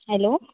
hello